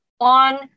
on